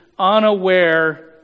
unaware